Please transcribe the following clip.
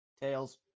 Tails